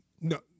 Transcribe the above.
No